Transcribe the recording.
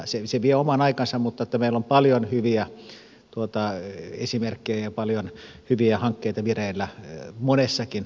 se vie oman aikansa mutta meillä on paljon hyviä esimerkkejä ja paljon hyviä hankkeita vireillä monessakin suomalaisessa kaupungissa